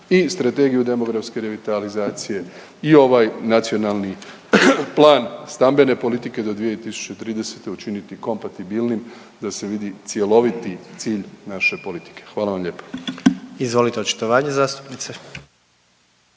i Strategiju demografske revitalizacije i ovaj Nacionalni plan stambene politike do 2030. učiniti kompatibilnim da se vidi cjeloviti cilj naše politike, hvala vam lijepo. **Jandroković, Gordan